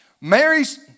Mary's